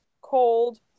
cold